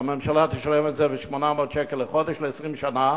הממשלה תשלם את זה ב-800 שקל לחודש ל-20 שנה.